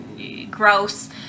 Gross